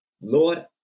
Lord